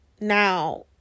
Now